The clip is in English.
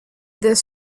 this